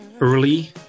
early